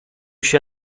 się